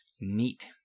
neat